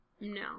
No